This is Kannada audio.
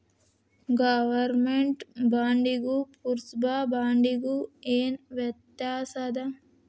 ಗವರ್ಮೆನ್ಟ್ ಬಾಂಡಿಗೂ ಪುರ್ಸಭಾ ಬಾಂಡಿಗು ಏನ್ ವ್ಯತ್ಯಾಸದ